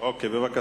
אוקיי, בבקשה.